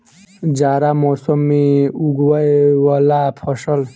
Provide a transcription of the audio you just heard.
जाड़ा मौसम मे उगवय वला फसल?